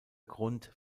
grund